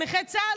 נכי צה"ל?